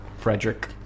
Frederick